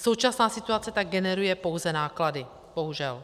Současná situace tak generuje pouze náklady, bohužel.